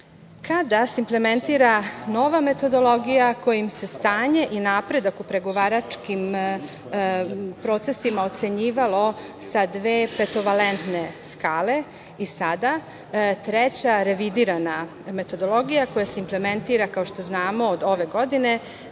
kada se implementira nova metodologija kojim se stanje i napredak u pregovaračkim procesima ocenjivalo sa dve petovalentne skale, i sada, treća revidirana metodologija, koja se implementira, kao što znamo, od ove godine,